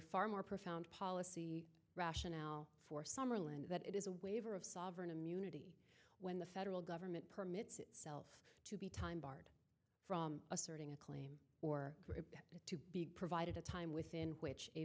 far more profound policy rationale for summerland that it is a waiver of sovereign immunity when the federal government permits itself to be time barred from asserting a claim or to be provided a time within which